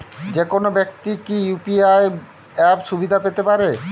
যেকোনো ব্যাক্তি কি ইউ.পি.আই অ্যাপ সুবিধা পেতে পারে?